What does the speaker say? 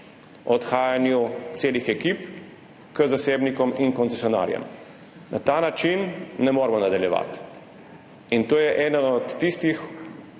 odhajanju celih ekip k zasebnikom in koncesionarjem. Na ta način ne moremo nadaljevati. To je eden od tistih